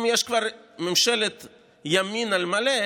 אם יש כבר ממשלת ימין על מלא,